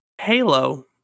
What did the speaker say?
Halo